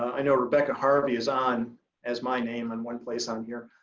i know rebecca harvey is on as my name in one place on here.